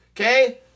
okay